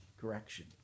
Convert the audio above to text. correction